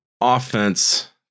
offense